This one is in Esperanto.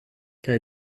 kaj